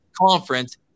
Conference